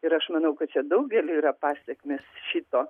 ir aš manau kad čia daugeliui yra pasekmės šito